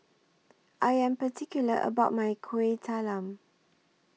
I Am particular about My Kuih Talam